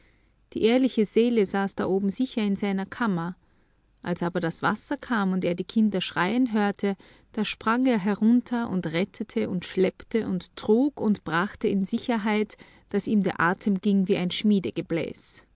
die ehrliche seele saß da oben sicher in seiner kammer als aber das wasser kam und er die kinder schreien hörte da sprang er herunter und rettete und schleppte und trug und brachte in sicherheit daß ihm der atem ging wie ein